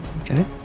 okay